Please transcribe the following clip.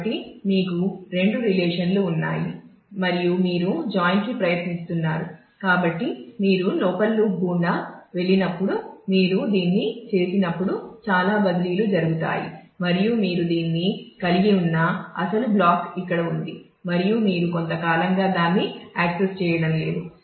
కాబట్టి మీరు దీన్ని ప్రతి టపుల్ గుండా వెళుతున్నప్పుడు మీరు దీన్ని చేసినప్పుడు చాలా బదిలీలు జరుగుతాయి మరియు మీరు దీన్ని కలిగి ఉన్న అసలు బ్లాక్ ఇక్కడ ఉంది మరియు మీరు కొంతకాలంగా దాన్ని యాక్సెస్ చేయడం లేదు